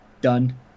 Done